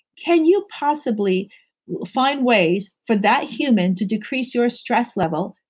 can you possibly find ways for that human to decrease your stress level?